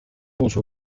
uso